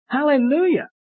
Hallelujah